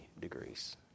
degrees